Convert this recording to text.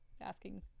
asking